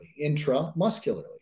intramuscularly